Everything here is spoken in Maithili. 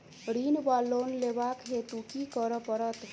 ऋण वा लोन लेबाक हेतु की करऽ पड़त?